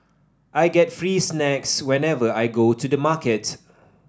I get free snacks whenever I go to the market